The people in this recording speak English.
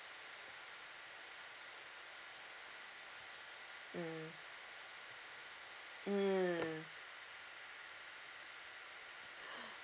mm mm